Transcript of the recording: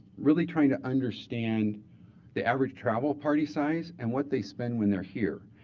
really trying to understand the average travel party size and what they spend when they're here.